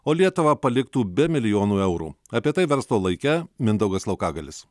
o lietuvą paliktų be milijonų eurų apie tai verslo laike mindaugas laukagalis